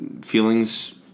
feelings